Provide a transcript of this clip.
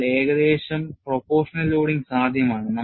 അതിനാൽ ഏകദേശം proportional loading സാധ്യമാണ്